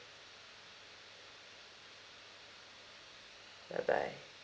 bye bye